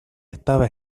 estaba